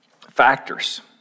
factors